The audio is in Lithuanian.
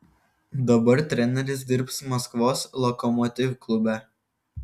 dabar treneris dirbs maskvos lokomotiv klube